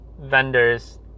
vendors